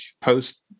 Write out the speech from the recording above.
post